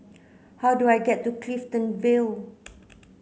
how do I get to Clifton Vale